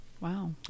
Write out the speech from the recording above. Wow